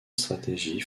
stratégie